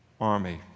army